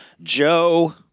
Joe